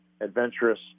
adventurous